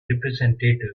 representative